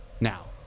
Now